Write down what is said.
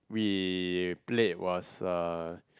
we played was uh